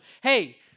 Hey